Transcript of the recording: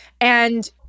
And-